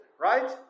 right